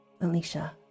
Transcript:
Alicia